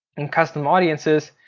and custom audiences.